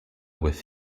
with